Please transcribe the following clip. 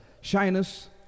shyness